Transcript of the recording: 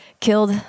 killed